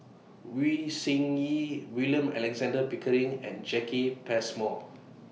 Wei Tsai Yen William Alexander Pickering and Jacki Passmore